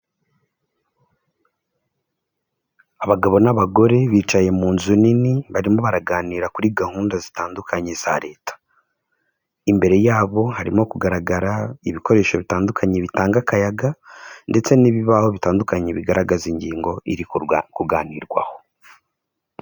Abagabo n'abagore bicaye mu nzu nini barimo baraganira kuri gahunda zitandukanye za Leta. Imbere yabo harimo kugaragara ibikoresho bitandukanye bitanga akayaga ndetse n'ibibaho bitandukanye bigaragaza ingingo iri kuganirwaho.